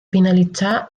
finalitzar